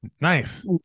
Nice